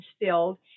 filled